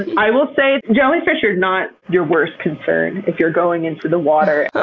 and i will say, jellyfish are not your worst concern if you're going into the water.